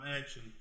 action